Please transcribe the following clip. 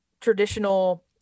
traditional